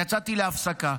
יצאתי להפסקה,